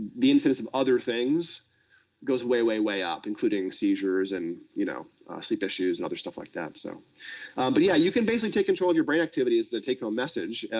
the incidence of other things goes way, way, way up, including seizures and you know sleep issues, and other stuff like that. so but, yeah, you can basically take control of your brain activity, is the take home message,